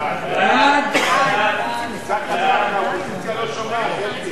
תודה רבה לכולכם, חברים.